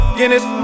Guinness